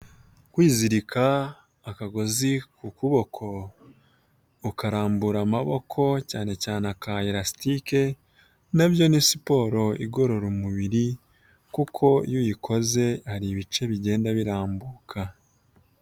Kwizirika akagozi ku kuboko ukarambura amaboko cyane cyane aka elasitike nabyo ni siporo igorora umubiri kuko iyo uyikoze hari ibice bigenda birambuka.